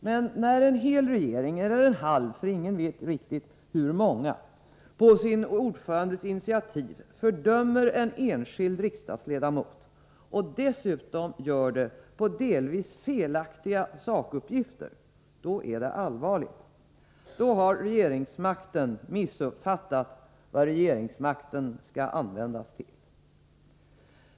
Men när en hel regering — eller en halv, ingen vet riktigt — på sin ordförandes initiativ fördömer en enskild riksdagsledamot och dessutom gör det på delvis felaktiga sakuppgifter är det allvarligt. Då har regeringsmakten missuppfattat vad regeringsmakten skall användas till.